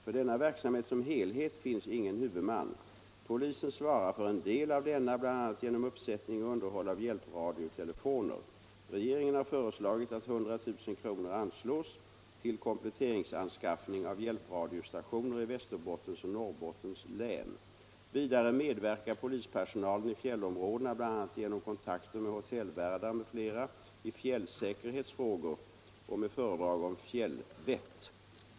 För denna verksamhet som helhet finns ingen huvudman. Polisen svarar för en del av denna, bl.a. genom uppsättning och underhåll av hjälpradiotelefoner. Regeringen har föreslagit att 100 000 kr. anslås till kompletteringsanskaffning av hjälpradiostationer i Västerbottens och Norrbottens län. Vidare medverkar polispersonalen i fjällområdena bl.a. genom kontakter med hotellvärdar m.fl. i fjällsäkerhetsfrågor och med föredrag om fjällvett.